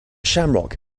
shamrock